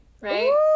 right